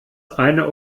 eine